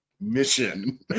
mission